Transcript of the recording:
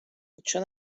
چون